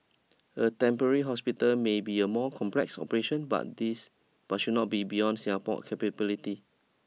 a temporary hospital may be a more complex operation but this but should not be beyond Singapore's capability